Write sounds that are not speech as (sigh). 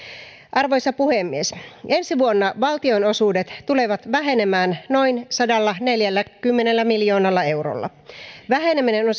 arvoisa puhemies ensi vuonna valtionosuudet tulevat vähenemään noin sadallaneljälläkymmenellä miljoonalla eurolla väheneminen on (unintelligible)